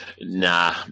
Nah